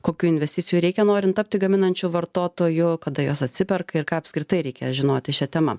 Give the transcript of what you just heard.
kokių investicijų reikia norint tapti gaminančiu vartotoju kada jos atsiperka ir ką apskritai reikia žinoti šia tema